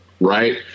right